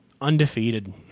undefeated